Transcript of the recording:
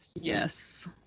Yes